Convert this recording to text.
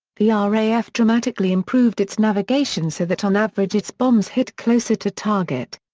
the ah raf dramatically improved its navigation so that on average its bombs hit closer to target.